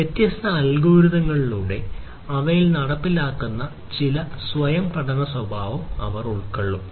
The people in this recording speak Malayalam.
വ്യത്യസ്ത അൽഗോരിതങ്ങളിലൂടെ അവയിൽ നടപ്പിലാക്കുന്ന ചിലതരം സ്വയം പഠന സ്വഭാവം അവർ ഉൾക്കൊള്ളും